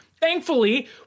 thankfully